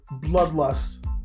bloodlust